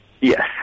Yes